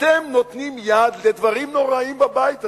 אתם נותנים יד לדברים נוראיים בבית הזה.